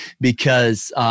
because-